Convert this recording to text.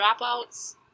dropouts